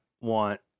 want